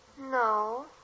No